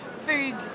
food